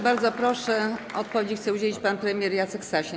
Bardzo proszę, odpowiedzi chce udzielić pan premier Jacek Sasin.